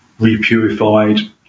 repurified